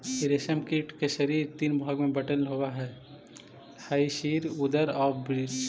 रेशम कीट के शरीर तीन भाग में बटल होवऽ हइ सिर, उदर आउ वक्ष